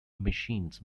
machines